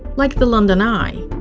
like the london eye.